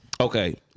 Okay